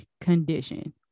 condition